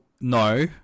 no